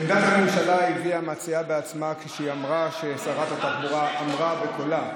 את עמדת הממשלה הביאה המציעה בעצמה כשהיא אמרה ששרת התחבורה אמרה בקולה,